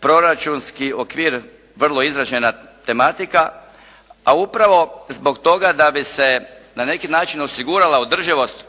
proračunski okvir vrlo izražena tematika, a upravo zbog toga da bi se na neki način osigurala održivost